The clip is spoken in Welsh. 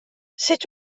sut